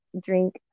drink